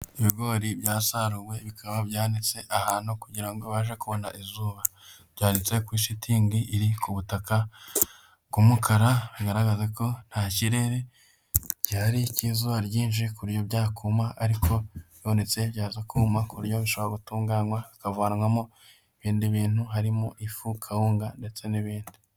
Ibigori byasaruwe bikaba bitse ahantu kugira ngo abashe kubona izuba byaritse kuri shitingi iri ku butaka bw'umukara bigaraga ko nta kirere gihari izuba ryinshi ku buryo byakoma ariko bibonetse byazakuma buryo batunganywa havanwamo ibindi bintu harimo ifu kawunga ndetse n'ibindi.